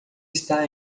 está